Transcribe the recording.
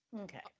Okay